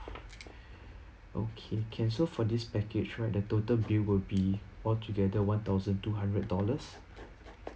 okay can so for this package right the total bill will be altogether one thousand two hundred dollars